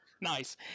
Nice